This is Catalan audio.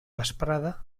vesprada